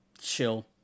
chill